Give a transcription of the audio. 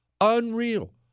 Unreal